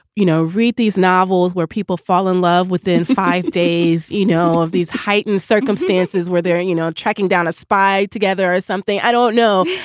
you know, read these novels where people fall in love within five days, you know, of these heightened circumstances where there are, and you know, tracking down a spy together is something i don't know.